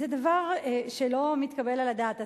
זה דבר שלא מתקבל על הדעת.